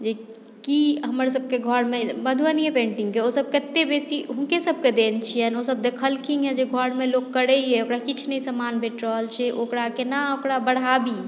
जे कि अपनासभके घरमे मधुबनिए पेंटिंगके ओसभ कतेक बेसी हुनकेसभके देन छियनि ओसभ देखलखिन हेँ जे घरमे लोक करैए ओकरा किछु नहि सम्मान भेट रहल छै ओकरा केना ओकरा बढ़ाबी